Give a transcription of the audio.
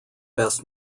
best